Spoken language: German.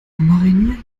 mariniert